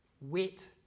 wet